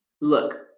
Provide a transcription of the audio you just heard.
Look